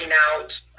out